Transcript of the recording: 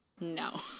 No